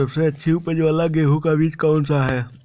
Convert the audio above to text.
सबसे अच्छी उपज वाला गेहूँ का बीज कौन सा है?